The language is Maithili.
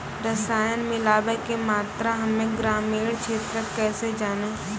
रसायन मिलाबै के मात्रा हम्मे ग्रामीण क्षेत्रक कैसे जानै?